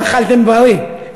אבל אכלתם בריא,